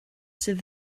sydd